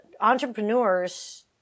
entrepreneurs